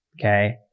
okay